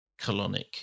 colonic